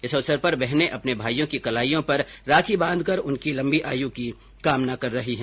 इस अवसर पर बहने अपने भाइयों के कलाइयों पर राखी बांधकर उनकी लम्बी आयु की कामना कर रही हैं